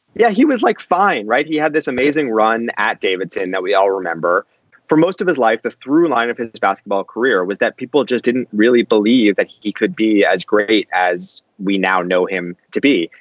yeah, he was like, fine, right. he had this amazing run at davidson that we all remember for most of his life. the through line of his his basketball career was that people just didn't really believe that he could be as great as we now know him to be.